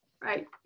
right